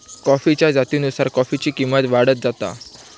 कॉफीच्या जातीनुसार कॉफीची किंमत वाढत जाता